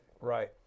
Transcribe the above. Right